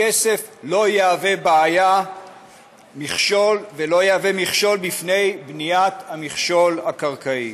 הכסף לא יהווה בעיה ולא יהווה מכשול בפני בניית המכשול הקרקעי.